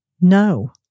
No